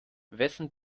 wessen